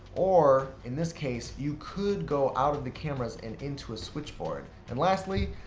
or, in this case you could go out of the cameras and into a switchboard. and lastly,